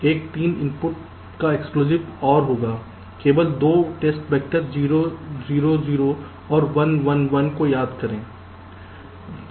एक 3 इनपुट का exclusive OR होगा केवल 2 टेस्ट वैक्टर 0 0 0 और 1 1 1 को याद करें